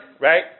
right